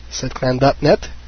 SetClan.net